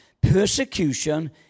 Persecution